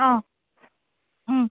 অ'